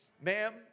Ma'am